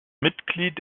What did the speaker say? mitglied